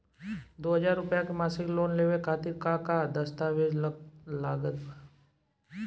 दो हज़ार रुपया के मासिक लोन लेवे खातिर का का दस्तावेजऽ लग त?